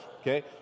okay